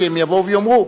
כי הם יבואו ויאמרו: